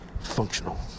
functional